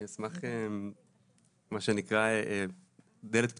אני אשמח מה שנקרא "דלת פתוחה",